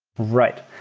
right.